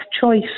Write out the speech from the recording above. choice